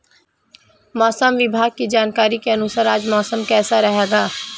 मौसम विभाग की जानकारी के अनुसार आज मौसम कैसा रहेगा?